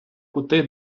кути